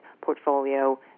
portfolio